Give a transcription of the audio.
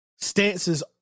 stances